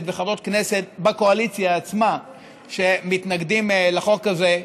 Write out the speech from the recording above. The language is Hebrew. וחברות כנסת בקואליציה עצמה שמתנגדים לחוק הזה,